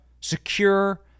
secure